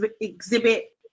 exhibit